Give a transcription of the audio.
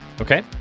Okay